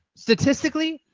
statistically,